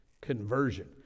conversion